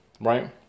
right